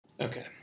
Okay